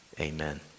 amen